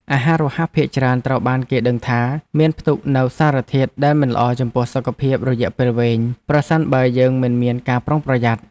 អាហាររហ័សភាគច្រើនត្រូវបានគេដឹងថាមានផ្ទុកនូវសារធាតុដែលមិនល្អចំពោះសុខភាពរយៈពេលវែងប្រសិនបើយើងមិនមានការប្រុងប្រយ័ត្ន។